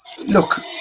look